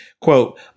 Quote